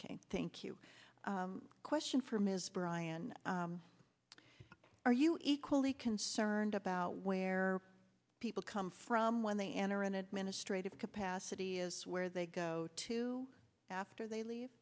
k thank you question for ms brian are you equally concerned about where people come from when they enter an administrative capacity is where they go to after they leave